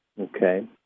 Okay